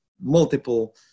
multiple